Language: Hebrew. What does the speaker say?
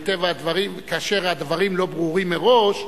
מטבע הדברים, כאשר הדברים לא ברורים מראש,